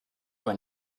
when